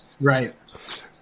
Right